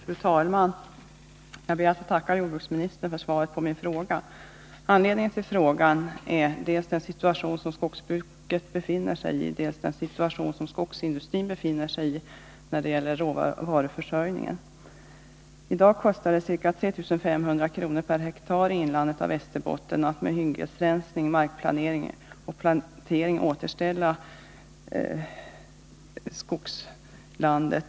Fru talman! Jag ber att få tacka jordbruksministern för svaret på min fråga. Anledningen till frågan är dels den situation som skogsbruket befinner sig i, dels den situation som skogsindustrin befinner sig i när det gäller råvaruförsörjningen. I dag kostar hyggesrensning, markplanering och plantering ca 3 500 kr./ha i Västerbottens inland.